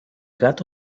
gato